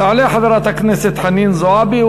תעלה חברת הכנסת חנין זועבי,